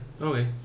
okay